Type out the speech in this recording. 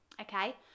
okay